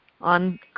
on